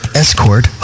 escort